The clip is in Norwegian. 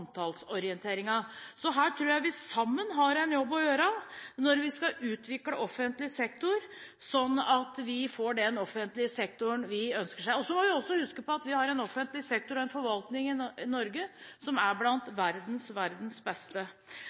Her tror jeg vi sammen har en jobb å gjøre når vi skal utvikle offentlig sektor, slik at vi får den offentlige sektoren vi ønsker oss. Vi må også huske på at vi har en offentlig sektor og en forvaltning i Norge som er blant verdens beste.